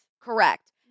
Correct